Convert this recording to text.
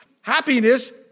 Happiness